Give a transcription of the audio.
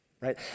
right